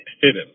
hidden